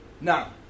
Now